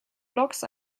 blogs